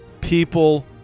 people